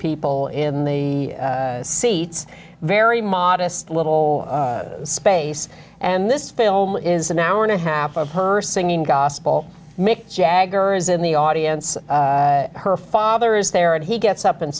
people in the seats very modest little space and this film is an hour and a half of her singing gospel mick jagger is in the audience her father is there and he gets up and